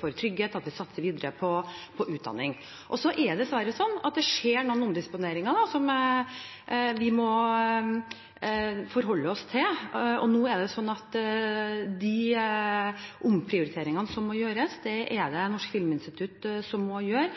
for trygghet og at det satses videre på utdanning. Det er dessverre sånn at det skjer noen omdisponeringer som vi må forholde oss til. Og de omprioriteringene som må gjøres, er det Norsk filminstitutt som må gjøre.